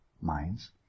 minds